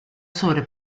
sobre